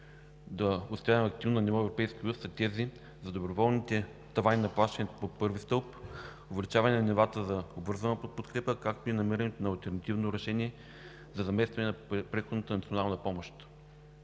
ниво в Европейския съюз, са тези за доброволните тавани на плащането по първи стълб, увеличаване нивата за обвързаната подкрепа, както и намирането на алтернативно решение за заместване на преходната национална помощ.